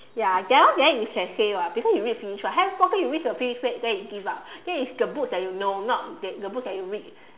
ya that one then you can say [what] because you read finish [what] Harry Potter you read a few page then you give up that is the books that you know not the books that you read